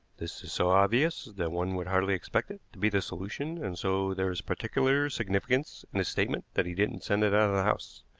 this is so obvious that one would hardly expect it to be the solution, and so there is particular significance in his statement that he didn't send it out of the house.